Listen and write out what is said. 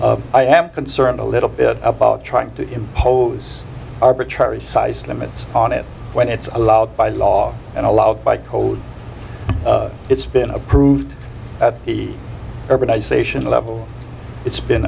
t i am concerned a little bit about trying to impose arbitrary size limits on it when it's allowed by law and allowed by code it's been approved at the urbanization level it's been